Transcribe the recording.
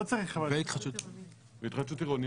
והתחדשות עירונית?